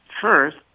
first